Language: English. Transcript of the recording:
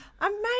Amazing